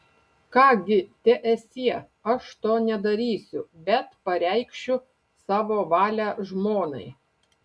ką gi teesie aš to nedarysiu bet pareikšiu savo valią žmonai